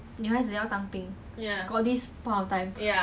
all damn dirty eh